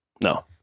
No